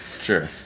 Sure